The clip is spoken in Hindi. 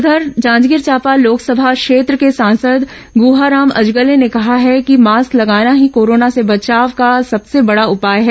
उधर जांजगीर चांपा लोकसभा क्षेत्र के सांसद गुहाराम अजगले ने कहा है कि मास्क लगाना ही कोरोना से बचाव का सबसे बड़ा उपाए हैं